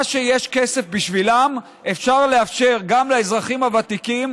מה שיש בשבילו כסף וקיים בשבילם אפשר לאפשר גם לאזרחים הוותיקים,